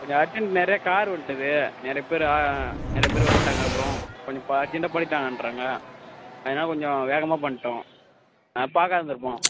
கொஞ்சம் அர்ஜென்ட் நிறையா கார் வந்துட்டுது நிறைய பேர் ஆ ஆ நிறைய பேர் வந்துட்டாங்க அப்புறம் கொஞ்சம் இப்போ அர்ஜென்ட்டாக பண்ணித் தாங்கன்றாங்க அதனால் கொஞ்சம் வேகமாக பண்ணிட்டோம் பார்க்காது இருந்துருப்போம்